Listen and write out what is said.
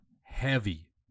Heavy